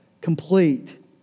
complete